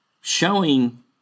showing